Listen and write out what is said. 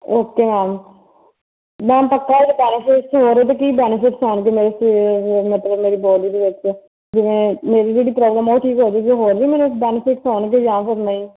okay ma'am ma'am ਤਾਂ ਕਿ benefit ਹੋਣਗੇ ਮੇਰੇ ਸਰੀਰ ਮਤਲਬ ਮੇਰੀ ਬੋਡੀ ਦੇ ਵਿੱਚ ਜਿਵੇਂ ਮੇਰੀ ਜਿਹੜੀ ਪ੍ਰੋਬਲਮ ਆ ਉਹ ਠੀਕ ਹੋ ਜੇਗੀ ਹੋਰ ਵੀ ਮੈਨੂੰ ਬੈਨੀਫਿਟਸ ਹੋਣਗੇ ਜਾਂ ਫਿਰ ਨਹੀਂ